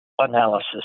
analysis